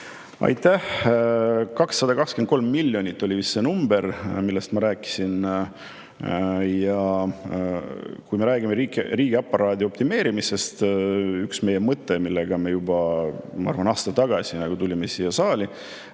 Aitäh! 223 miljonit oli vist see number, millest ma rääkisin. Ja kui me räägime riigiaparaadi optimeerimisest, siis üks meie mõte, millega me juba aasta tagasi tulime siia saali,